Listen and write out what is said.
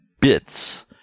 bits